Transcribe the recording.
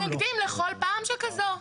ואנחנו מתנגדים לכל פעם שכזאת.